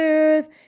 earth